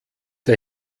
der